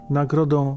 nagrodą